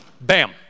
Bam